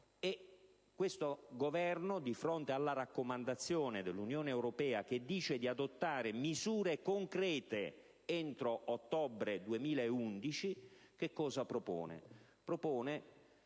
questo Governo, di fronte alla raccomandazione dell'Unione europea, che invita ad adottare misure concrete entro ottobre 2011, propone una